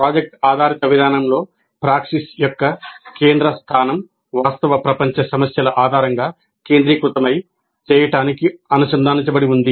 project ఆధారిత విధానంలో praxis యొక్క కేంద్ర స్థానం వాస్తవ ప్రపంచ సమస్యల ఆధారంగా కేంద్రీకృతమై చేయటానికి అనుసంధానించబడి ఉంది